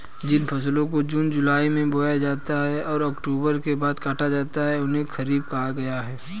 जिन फसलों को जून जुलाई में बोया जाता है और अक्टूबर के बाद काटा जाता है उन्हें खरीफ कहा गया है